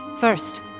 First